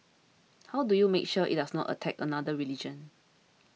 how do you make sure it does not attack another religion